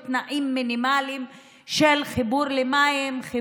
ולקשור ולהתנות אותו בעניין של התכנון והבנייה ולעשות את החיבור.